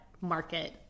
market